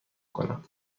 کنم